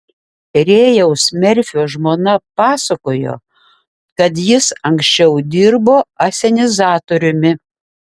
rėjaus merfio žmona pasakojo kad jis anksčiau dirbo asenizatoriumi